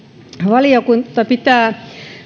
valiokunta pitää